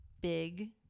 big